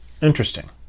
interesting